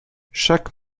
chaque